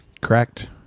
Correct